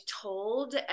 told